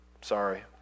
sorry